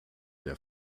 der